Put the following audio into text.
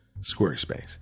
Squarespace